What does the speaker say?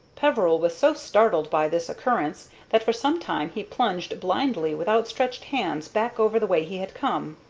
peveril was so startled by this occurrence that for some time he plunged blindly with outstretched hands back over the way he had come,